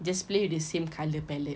just play with the same colour palette